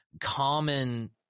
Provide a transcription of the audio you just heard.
common